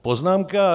Poznámka